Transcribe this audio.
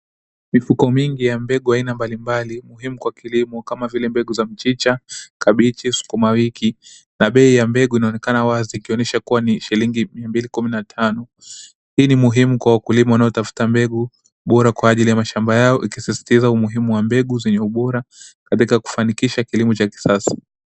Mifuko mingi ya mbegu ya aina mbalimbali za kilimo kama vile mbegu ya mchicha, kabichi na sukuma wiki. Bei ya mbegu inaonekana wazi ikionyesha kuwa ni shilingi mia mbili kumi na tano. Hii ni muhimu kwa wakulima wanaotafuta mbegu bora kwa ajili ya mashamba yao ikisisitiza umuhimu wa mbegu zenye ubora katika kufanikisha kilimo cha kisasa.